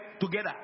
together